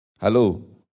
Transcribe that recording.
Hello